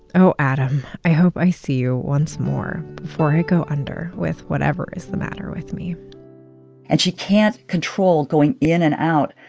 oh, adam, i hope i see you once more before i go under with whatever is the matter with me and she can't control going in and out.